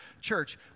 church